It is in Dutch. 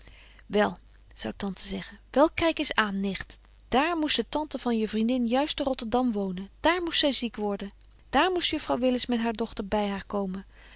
wel zou tante zeggen wel kyk eens aan nicht daar moest de tante van je vrienbetje wolff en aagje deken historie van mejuffrouw sara burgerhart din juist te rotterdam wonen daar moest zy ziek worden daar moest juffrouw willis met haar dochter by haar komen